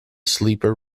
sleeper